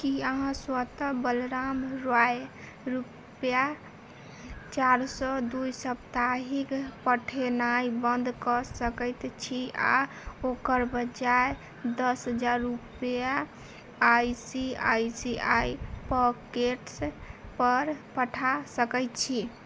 की अहाँ स्वतः बलराम रॉय रुपआ चारि सए द्वि साप्ताहिक पठेनाइ बंद कऽ सकैत छी आ ओकर बजाए दस हजार रुपआ I C I C I pockets पर पठा सकैत छी